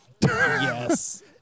Yes